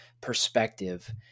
perspective